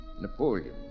Napoleon